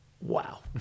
wow